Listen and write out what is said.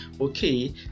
Okay